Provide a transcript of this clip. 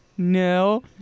No